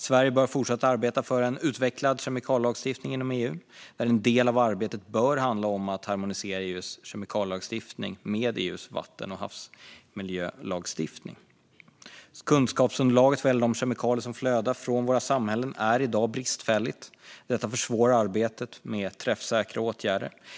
Sverige bör fortsätta arbeta för en utvecklad kemikalielagstiftning inom EU, där en del av arbetet bör handla om att harmonisera EU:s kemikalielagstiftning med EU:s vatten och havsmiljölagstiftning. Kunskapsunderlaget vad gäller de kemikalier som flödar från våra samhällen är i dag bristfälligt. Detta försvårar arbetet med träffsäkra åtgärder.